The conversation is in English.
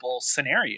scenario